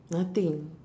nothing